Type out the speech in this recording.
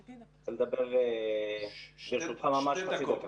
אני רוצה לדבר ברשותך ממש חצי דקה.